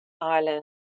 Ireland